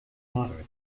moderate